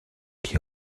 qui